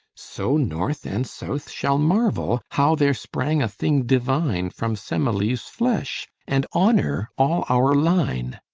so north and south shall marvel, how there sprang a thing divine from semele's flesh, and honour all our line.